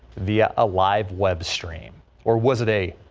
the ah a live web stream or was a day.